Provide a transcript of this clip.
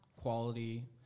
quality